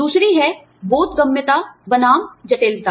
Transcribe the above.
दूसरी है बोधगम्यता बनाम जटिलता